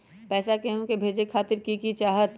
पैसा के हु के भेजे खातीर की की चाहत?